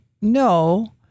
no